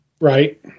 Right